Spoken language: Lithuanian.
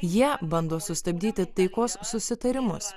jie bando sustabdyti taikos susitarimus